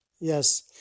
Yes